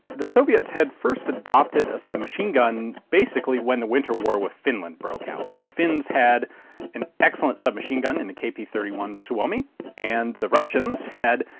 the soviets had first adopted a submachine gun basically when the winter war with finland broke out. the finns had an excellent submachine gun in the kp thirty one suomi and the russians had.